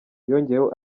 yongeyeho